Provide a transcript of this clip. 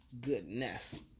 goodness